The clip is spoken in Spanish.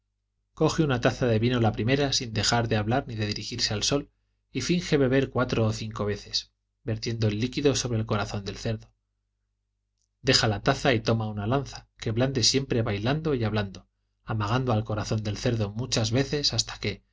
coge una taza de vino la primera sin dejar de bailar ni de dirigirse al sol y finge beber cuatro o cinco veces vertiendo el líquido sobre el corazón del cerdo deja la taza y toma una lanza que blande siempre bailando y hablando amagando al corazón del cerdo muchas veces hasta que